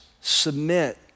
submit